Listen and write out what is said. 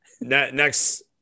next